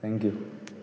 thank you